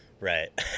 Right